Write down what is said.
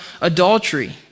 adultery